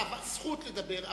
זכות לדבר,